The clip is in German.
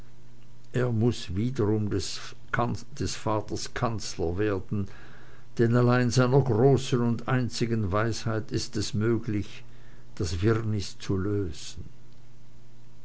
er muß wiederum des vaters kanzler werden denn allein seiner großen und einzigen weisheit ist es möglich das wirrnis zu lösen